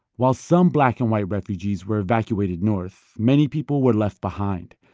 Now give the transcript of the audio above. while some black and white refugees were evacuated north, many people were left behind.